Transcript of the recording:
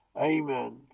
Amen